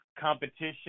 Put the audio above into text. competition